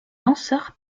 lanceur